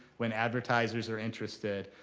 when advertisers are interested.